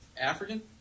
African